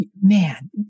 man